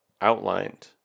outlined